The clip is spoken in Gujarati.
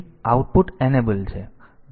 તેથી આઉટપુટ ઇનેબલ છે